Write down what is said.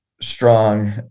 strong